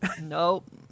Nope